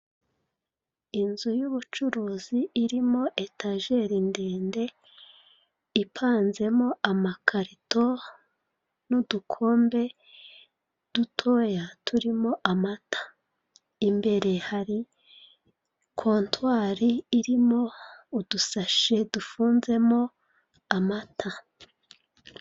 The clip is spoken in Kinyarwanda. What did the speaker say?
Inzu y'ubucuruzi irimo etajeri ndende, ipanzemo amakarito n'udukombe dutoya turimo amata; imbere hari kontwari irimo udushashi dufunzemo amata.